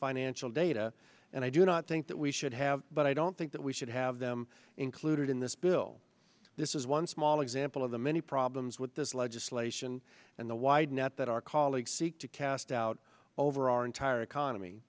financial data and i do not think that we should have but i don't think that we should have them included in this bill this is one small example of the many problems with this legislation and the wide net that our colleagues seek to cast out over our entire economy